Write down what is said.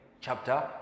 Chapter